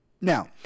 Now